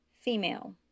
Female